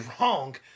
wrong